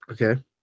Okay